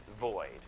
void